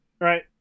right